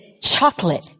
chocolate